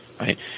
right